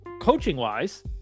coaching-wise